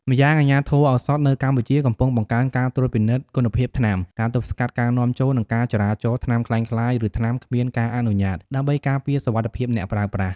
ម្យ៉ាងអាជ្ញាធរឱសថនៅកម្ពុជាកំពុងបង្កើនការត្រួតពិនិត្យគុណភាពថ្នាំ ការទប់ស្កាត់ការនាំចូល និងចរាចរណ៍ថ្នាំក្លែងក្លាយ ឬថ្នាំគ្មានការអនុញ្ញាត ដើម្បីការពារសុវត្ថិភាពអ្នកប្រើប្រាស់។